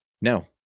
No